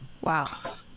Wow